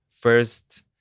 first